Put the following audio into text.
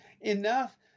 Enough